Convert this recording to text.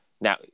Now